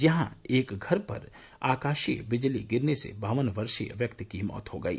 यहां एक घर पर आकाशीय बिजली गिरने से बावन वर्षीय व्यक्ति की मौत हो गयी